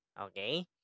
Okay